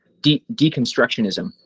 deconstructionism